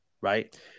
right